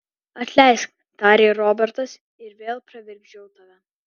atleisk tarė robertas ir vėl pravirkdžiau tave